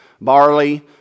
Barley